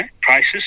prices